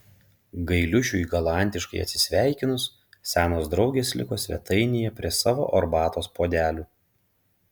gailiušiui galantiškai atsisveikinus senos draugės liko svetainėje prie savo arbatos puodelių